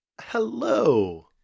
hello